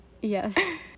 Yes